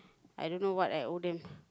I don't know what I owe them